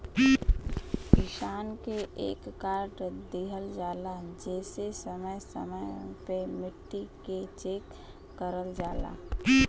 किसान के एक कार्ड दिहल जाला जेसे समय समय पे मट्टी के चेक करल जाला